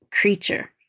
creature